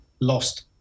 lost